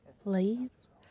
Please